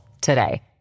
today